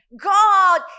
God